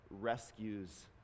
rescues